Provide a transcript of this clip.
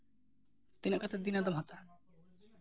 ᱛᱤᱱᱟᱹᱜ ᱠᱟᱛᱮᱫ ᱫᱤᱱ ᱟᱫᱚᱢ ᱦᱟᱛᱟᱣᱟ